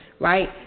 right